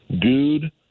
dude